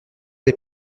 des